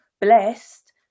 blessed